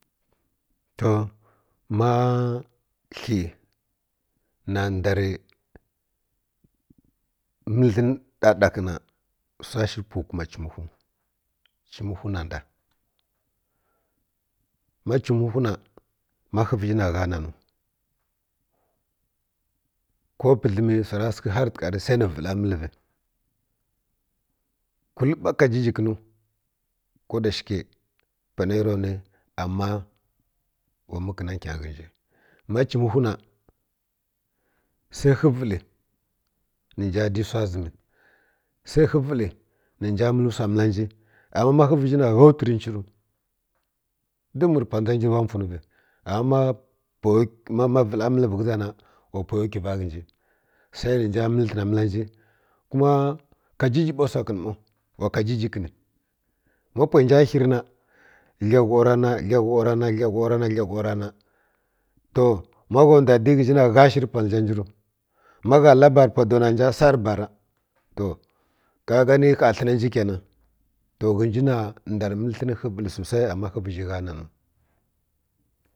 To ma kli na ndar khaglǝn ɗaɗakǝ na wsa shi kuma chimuwhu chimuwhu na nda ma chimuwhu na ma khǝ vǝzhina gha nanu ko pǝdlǝmi har wsa ra sǝ rǝ tǝghari gha nani ghǝnju sai khǝ vǝli kulǝ ɓa kajiji kǝnu kodayakyai panai ya wni ama wa mǝkǝna nkyangyi ghǝnji ma chimuwhu na sai khǝ vǝli nja di wsa zǝm sai hǝvǝli nja mǝl wsa mǝlanji ama ma khǝ vǝzhina gha wturǝnchi ru dum rǝpwa ndza nji wa mfwunǝvi ama ma vǝla mǝllǝvǝ ghǝzana wa pwaya wkyuva ghǝnji sai nja mǝl tlǝna mǝla nji kuma kajiji ɓa wsa kǝn ˈmau wa kajiji kǝni ma pwai nja khǝri na gla ghau rana gla ghau rana gla ghau rana to ma gha ndwa di ghǝnji na gha shǝri ri pwa ndza nji ru magharǝ la barǝ pwa dau na nja sarǝ bara toi ka gani kha tlǝna nji ƙyanan to ghǝnji na ndar mǝlǝ tlǝn khǝ nvǝli ama khǝ viji gha nanǝ ghinju